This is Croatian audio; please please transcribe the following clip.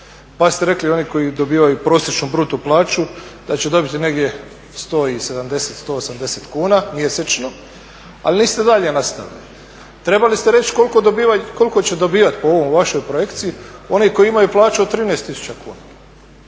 pa ste rekli oni koji dobivaju prosječnu bruto plaću da će dobiti negdje 170, 180 kuna mjesečno, ali niste dalje nastavili. Trebali ste reći koliko će dobivati po ovoj vašoj projekciji oni koji imaju plaću od 13 tisuća